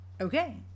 Okay